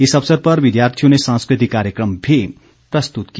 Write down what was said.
इस अवसर पर विद्यार्थियों ने सांस्कृतिक कार्यक्रम भी प्रस्तुत किया